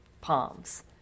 palms